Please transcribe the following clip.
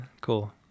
cool